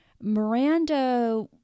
Miranda